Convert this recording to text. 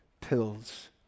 pills